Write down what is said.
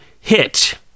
hit